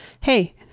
hey